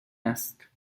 است